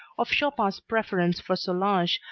of chopin's preference for solange,